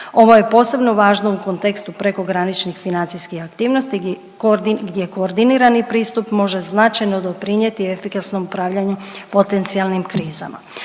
Ovo je posebno važno u kontekstu prekograničnih financijskih aktivnosti gdje koordinirani pristup može značajno doprinijeti efikasnom upravljanju potencijalnim krizama.